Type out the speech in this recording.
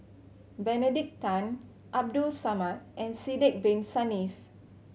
Benedict Tan Abdul Samad and Sidek Bin Saniff